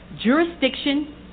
jurisdiction